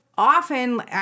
Often